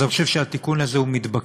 אז אני חושב שהתיקון הזה הוא מתבקש.